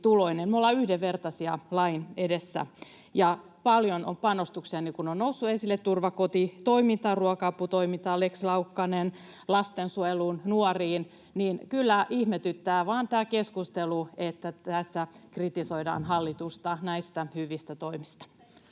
Me ollaan yhdenvertaisia lain edessä. Ja paljon on panostuksia, niin kuin on noussut esille: turvakotitoimintaan, ruoka-aputoimintaan — Lex Laukkanen —, lastensuojeluun, nuoriin. Kyllä ihmetyttää vaan tämä keskustelu, että tässä kritisoidaan hallitusta näistä hyvistä toimista.